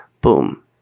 boom